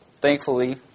Thankfully